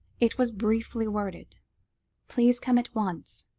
it was briefly worded please come at once.